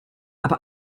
aber